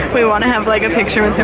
we wanna have like a picture with and